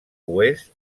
oest